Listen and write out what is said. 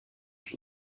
yüz